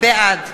בעד